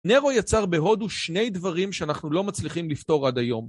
נרו יצר בהודו שני דברים שאנחנו לא מצליחים לפתור עד היום